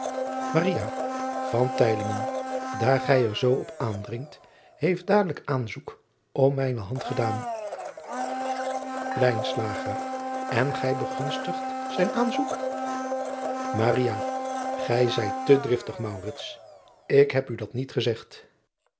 daar gij er zoo op aandringt heeft dadelijk aanzoek om mijne hand gedaan n gij begunstigt zijn aanzoek ij zijt te driftig ik heb u dat niet gezegd